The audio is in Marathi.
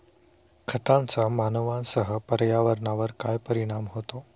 खतांचा मानवांसह पर्यावरणावर काय परिणाम होतो?